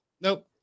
Nope